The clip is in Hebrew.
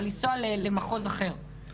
אבל לנסוע למחוז אחר.